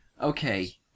Okay